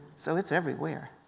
so it's everywhere.